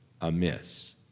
amiss